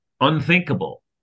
unthinkable